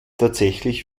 tatsächlich